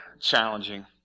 challenging